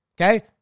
okay